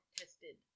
tested